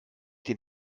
den